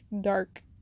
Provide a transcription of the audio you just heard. dark